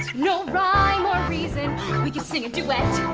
no rhyme or reason we could sing a duet! ow.